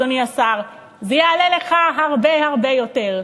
אדוני השר: זה יעלה לך הרבה הרבה יותר.